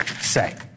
say